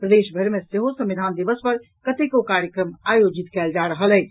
प्रदेश भरि मे सेहो संविधान दिवस पर कतेको कार्यक्रम आयोजित कयल जा रहल अछि